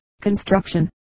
construction